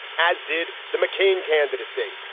as did the mccain candidacy.